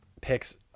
picks